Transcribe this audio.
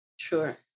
Sure